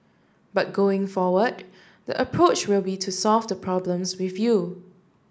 but going forward the approach will be to solve the problems with you